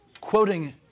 Quoting